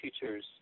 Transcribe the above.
teachers